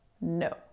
no